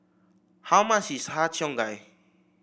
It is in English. how much is Har Cheong Gai